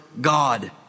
God